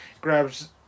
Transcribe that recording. Grabs